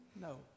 No